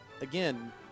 again